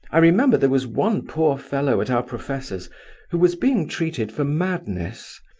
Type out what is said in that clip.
i remember there was one poor fellow at our professor's who was being treated for madness,